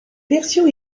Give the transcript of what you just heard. versions